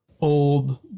old